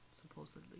Supposedly